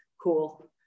cool